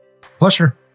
pleasure